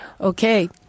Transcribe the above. Okay